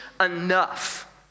enough